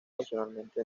profesionalmente